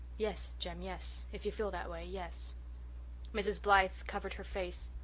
yes, jem, yes if you feel that way, yes mrs. blythe covered her face.